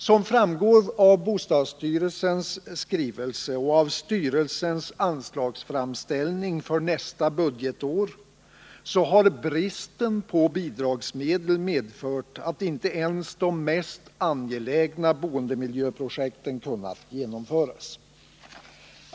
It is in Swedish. Som framgår av bostadsstyrelsens skrivelse och av styrelsens anslagsframställning för nästa budgetår har bristen på bidragsmedel medfört att inte ens de mest angelägna boendemiljöprojekten kunnat genomföras.